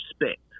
respect